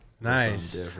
Nice